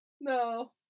no